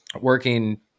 working